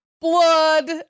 blood